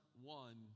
one